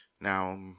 Now